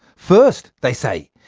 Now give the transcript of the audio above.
first, they say,